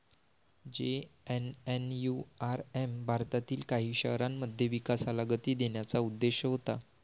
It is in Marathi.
जे.एन.एन.यू.आर.एम भारतातील काही शहरांमध्ये विकासाला गती देण्याचा उद्देश होता